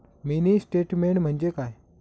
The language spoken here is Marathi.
मिनी स्टेटमेन्ट म्हणजे काय?